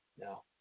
No